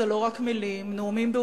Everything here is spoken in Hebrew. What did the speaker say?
למה קיבלנו לגיטימציה למלחמה ב"חמאס"?